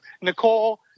nicole